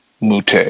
Mute